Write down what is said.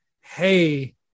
hey